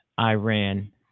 Iran